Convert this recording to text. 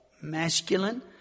masculine